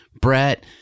Brett